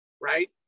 right